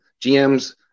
GMs